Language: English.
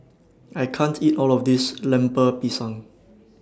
I can't eat All of This Lemper Pisang